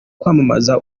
kwamamaza